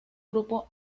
grupo